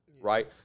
Right